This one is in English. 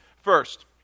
First